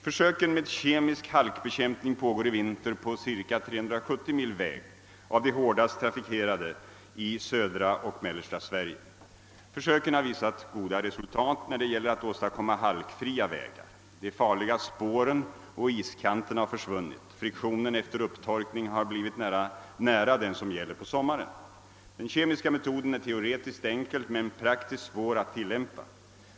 Försöken med kemisk halkbekämpning pågår i vinter på cirka 370 mil av de hårdast trafikerade vägarna i södra och mellersta Sverige. Försöken har visat goda resultat när det gäller att åstadkomma halkfria vägar. De farliga »spåren» och iskanterna har försvunnit. Friktionen efter upptorkning har blivit nära den som gäller på sommaren. Den kemiska metoden är teoretiskt enkel men praktiskt svår att tillämpa.